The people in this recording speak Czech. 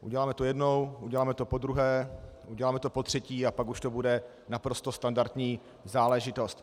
Uděláme to jednou, uděláme to podruhé, uděláme to potřetí a pak už to bude naprosto standardní záležitost.